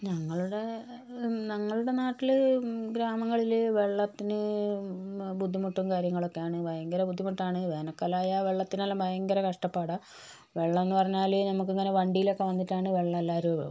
ഞങ്ങളുടെ ഞങ്ങളുടെ നാട്ടിൽ ഗ്രാമങ്ങളിൽ വെള്ളത്തിന് ബുദ്ധിമുട്ടും കാര്യങ്ങളും ഒക്കെയാണ് ഭയങ്കര ബുദ്ധിമുട്ടാണ് വേനൽക്കാലം ആയാൽ വെള്ളത്തിനൊക്കെ ഭയങ്കര കഷ്ടപ്പാടാണ് വെള്ളം എന്ന് പറഞ്ഞാൽ നമുക്കിങ്ങനെ വണ്ടിയിലൊക്കെ വന്നിട്ടാണ് വെള്ളം എല്ലാവരും